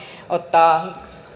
ottaa